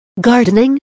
Gardening